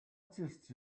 just